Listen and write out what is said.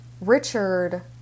Richard